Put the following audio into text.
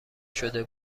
شده